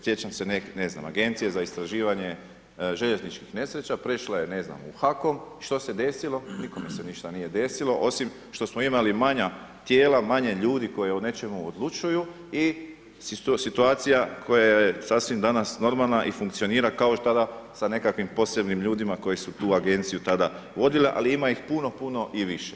Sjećam se ne znam Agencije za istraživanje željezničkih nesreća prešla je ne znam u HAKOM i što se desilo, nikome se ništa nije desilo osim što smo imali manja tijela, manje ljudi koji o nečemu odlučuju i situacija koja je sasvim danas normalna i funkcionira kao i tada sa nekakvim posebnim ljudima koji su tu agenciju tada vodili, ali ima ih puno, puno i više.